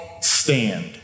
stand